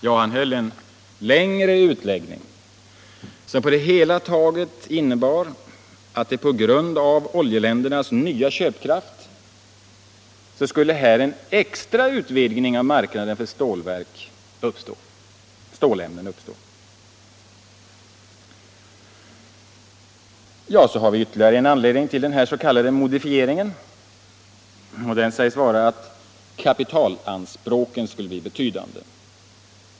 Jo, han höll en längre utläggning som på det hela taget innebar att på grund av oljeländernas nya köpkraft skulle här en extra utvidgning av marknaden för stålämnen uppstå. Som ytterligare en anledning till ”modifieringen” anger man att kapitalanspråken skulle bli betydande.